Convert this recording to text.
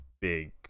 big